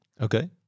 Okay